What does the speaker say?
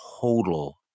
total